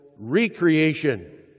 recreation